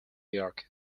york